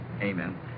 Amen